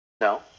No